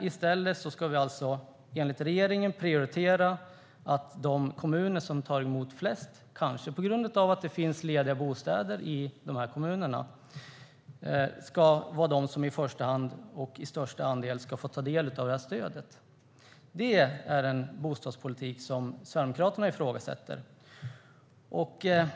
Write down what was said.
I stället ska vi alltså enligt regeringen prioritera att de kommuner som tar emot flest - kanske på grund av att det finns lediga bostäder där - ska vara de som i första hand och i störst omfattning ska få ta del av stödet. Det är en bostadspolitik Sverigedemokraterna ifrågasätter.